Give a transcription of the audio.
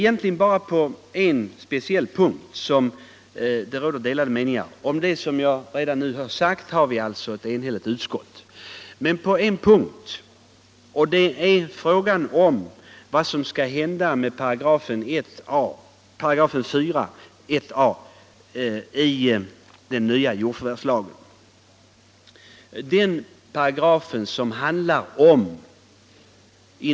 7 maj 1976 Om det som jag nu sagt har utskottet varit enigt, men på en punkt — om vad som skall hända med fjärde paragrafen andra stycket, punkten = Jordförvärvslag 1 i den nya jordförvärvslagen — råder det delade meningar.